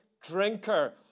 drinker